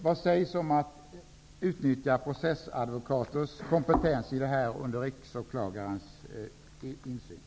Vad sägs om att utnyttja processadvokaters kompetens, under riksåklagarens insyn?